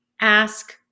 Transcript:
Ask